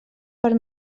per